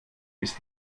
ist